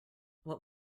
what